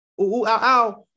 ow